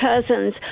cousins